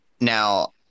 now